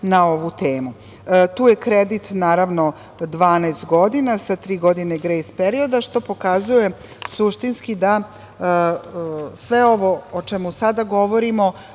Tu je kredit, naravno, 12 godina, sa tri godine grejs perioda, što pokazuje suštinski da sve ovo o čemu sada govorimo